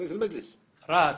ראש